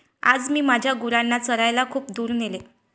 आज मी माझ्या गुरांना चरायला खूप दूर नेले